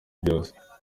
byose